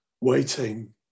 waiting